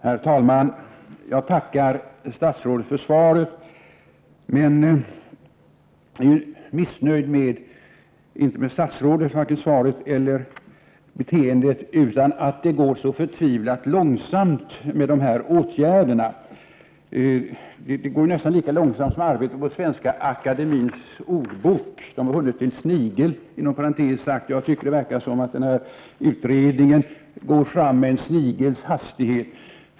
Herr talman! Jag tackar statsrådet för svaret men är missnöjd, inte med statsrådet eller med svaret, utan med att det går så förtvivlat långsamt att vidta åtgärder. Det går nästan lika långsamt som arbetet på Svenska akademiens ordbok. Där har man inom parentes sagt hunnit till snigel. Det verkar som om denna utredning också går framåt med en snigels hastighet.